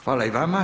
Hvala i vama.